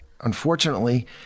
unfortunately